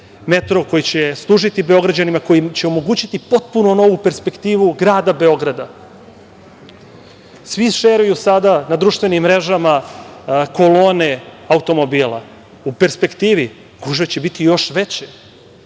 metro, koji će služiti Beograđanima, koji će omogućiti potpuno novu perspektivu grada Beograda. Svi šeruju sada na društvenim mrežama kolone automobila. U perspektivi gužve će biti još veće.